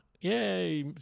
Yay